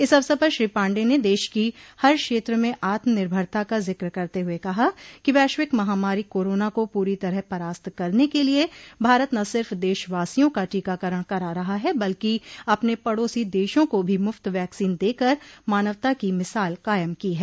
इस अवसर पर श्री पाण्डेय ने देश की हर क्षेत्र में आत्म निर्भरता का जिक्र करते हुए कहा कि वैश्विक महामारी कोरोना को पूरी तरह परास्त करने के लिए भारत न सिर्फ देशवासियों का टीकाकरण करा रहा है बल्कि अपने पड़ोसी देशों को भी मुफ्त वैक्सीन देकर मानवता की मिसाल कायम की है